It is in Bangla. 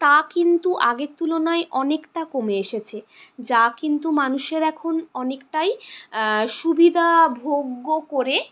তা কিন্তু আগের তুলনায় অনেকটা কমে এসেছে যা কিন্তু মানুষের এখন অনেকটাই সুবিধা ভোগ্য করে